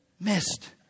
missed